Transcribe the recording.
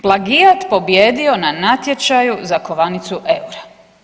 Plagijat pobijedio na natječaju za kovanicu EUR-a.